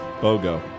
Bogo